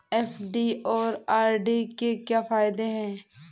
FD और RD के क्या फायदे हैं?